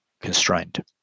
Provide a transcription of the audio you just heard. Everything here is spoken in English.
constrained